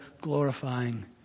glorifying